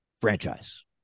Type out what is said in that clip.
franchise